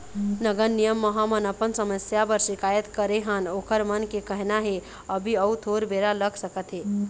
नगर निगम म हमन अपन समस्या बर सिकायत करे हन ओखर मन के कहना हे अभी अउ थोर बेरा लग सकत हे